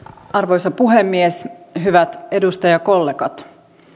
arvoisa puhemies hyvät edustajakollegat